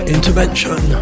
Intervention